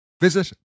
Visit